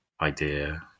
idea